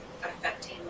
affecting